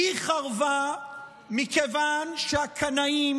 היא חרבה מכיוון שהקנאים